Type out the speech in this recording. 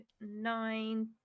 nine